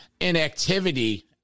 inactivity